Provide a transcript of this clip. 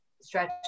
stretch